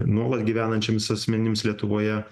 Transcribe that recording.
nuolat gyvenančiams asmenims lietuvoje